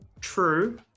true